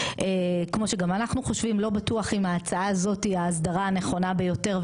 כמו שגם אנחנו חושבים לא בטוח אם ההצעה הזאת היא האסדרה הנכונה ביותר,